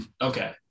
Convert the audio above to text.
Okay